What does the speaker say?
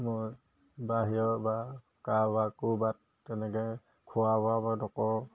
মই বাহিৰৰ বা কাৰোবাৰ ক'ৰবাত তেনেকৈ খোৱা বোৱা বাৰু নকৰোঁ